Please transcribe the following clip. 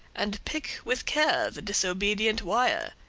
and pick with care the disobedient wire.